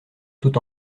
tout